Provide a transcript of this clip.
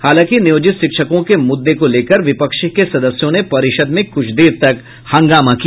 हालांकि नियोजित शिक्षकों के मुद्दे को लेकर विपक्ष के सदस्यों ने परिषद् में कुछ देर तक हंगामा किया